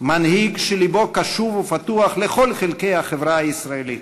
מנהיג שלבו קשוב ופתוח לכל חלקי החברה הישראלית.